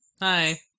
Hi